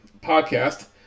podcast